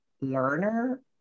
learner